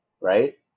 right